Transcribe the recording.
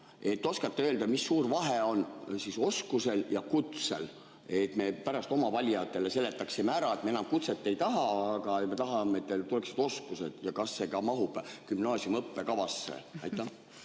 Oskate öelda, mis suur vahe on siis oskusel ja kutsel? Me pärast oma valijatele seletaksime ära, et me enam kutset ei taha, me tahame, et oleksid oskused. Kas see ka mahub gümnaasiumi õppekavasse? Tänan,